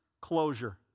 closure